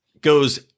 goes